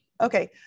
okay